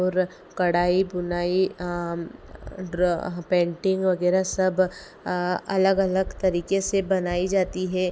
और कढ़ाई बुनाई ड्रॉ पेन्टिन्ग वग़ैरह सब अलग अलग तरीके से बनाई जाती है